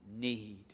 need